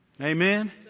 Amen